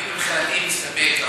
אני מבחינתי מסתפק,